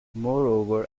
moreover